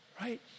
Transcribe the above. Right